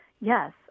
Yes